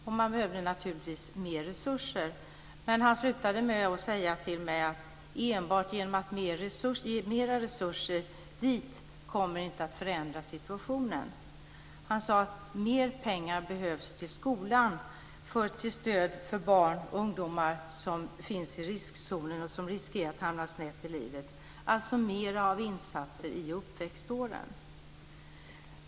Det behövs naturligtvis mer resurser. Men han slutade med att säga till mig att situationen inte kommer att förändras enbart genom att man ger mer resurser till den verksamheten. Han sade att mer pengar behövs till skolan till stöd för barn och ungdomar som finns i riskzonen och som riskerar att hamna snett i livet. Det behövs alltså mer av insatser i uppväxtåren.